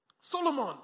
Solomon